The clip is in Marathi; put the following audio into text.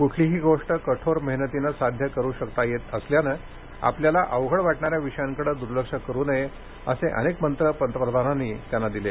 क्ठलीही गोष्ट कठोर मेहनतीनं साध्य करू शकता येत असल्यानं आपल्याला अवघड वाटणाऱ्या विषयांकडे दुर्लक्ष करू नये असे अनेक मंत्र पंतप्रधानांनी विद्यार्थ्यांना दिले